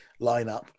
lineup